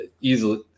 Easily